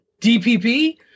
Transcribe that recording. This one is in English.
DPP